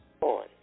on